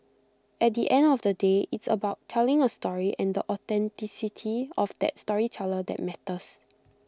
at the end of the day it's about telling A story and the authenticity of that storyteller that matters